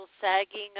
sagging